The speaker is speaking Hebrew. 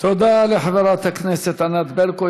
תודה לחברת הכנסת ענת ברקו.